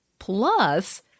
Plus